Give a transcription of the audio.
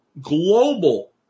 global